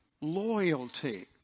loyalty